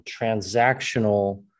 transactional